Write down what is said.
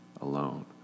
alone